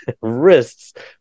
wrists